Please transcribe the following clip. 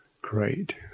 great